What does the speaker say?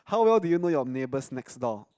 how well do you know your neighbours next door